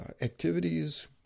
activities